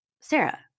Sarah